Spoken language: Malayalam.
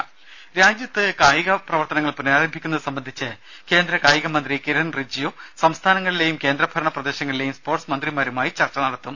രുമ രാജ്യത്ത് കായിക പ്രവർത്തനങ്ങൾ പുനഃരാരംഭിക്കുന്നത് സംബന്ധിച്ച് കേന്ദ്ര കായിക മന്ത്രി കിരൺ റിജിജു സംസ്ഥാനങ്ങളിലേയും കേന്ദ്ര ഭരണ പ്രദേശങ്ങളിലേയും സ്പോർട്സ് മന്ത്രിമാരുമായി ചർച്ച നടത്തും